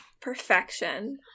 perfection